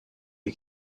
you